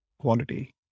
quality